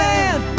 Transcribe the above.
Man